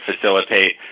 facilitate